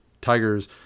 Tigers